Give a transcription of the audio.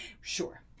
Sure